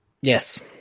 Yes